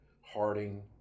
Harding